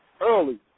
Early